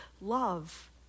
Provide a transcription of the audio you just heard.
love